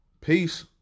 Peace